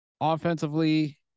offensively